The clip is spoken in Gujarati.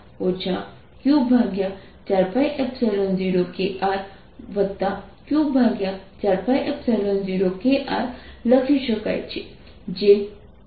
જે Vr Q4π0 1kr1R 1kR છે